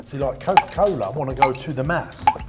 see, like, coca cola wanna go to the mass.